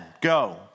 go